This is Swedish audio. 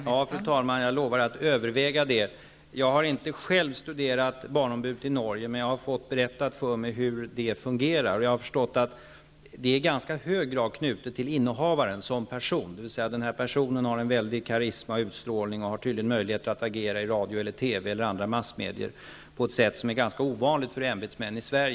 Fru talman! Jag lovar att överväga detta. Jag har inte själv studerat barnombudet i Norge, men jag har fått berättat för mig hur det fungerar där, och jag har förstått att ämbetet i ganska hög grad är knutet till innehavaren som person, dvs. personen i fråga har en väldig karisma och utstrålning och har tydligen möjligheter att agera i radio, TV eller andra massmedia på ett sätt som är ganska ovanligt för ämbetsmän i Sverige.